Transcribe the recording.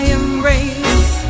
embrace